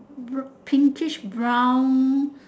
brown pinkish brown